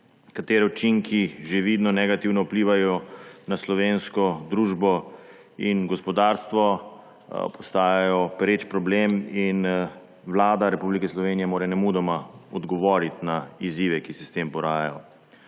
katere učinki že vidno negativno vplivajo na slovensko družbo in gospodarstvo ter postajajo pereč problem. Vlada Republike Slovenije mora nemudoma odgovoriti na izzive, ki se s tem porajajo.